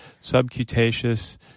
subcutaneous